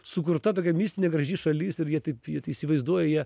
sukurta tokia mistinė graži šalis ir jie taip jie įsivaizduoja jie